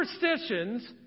superstitions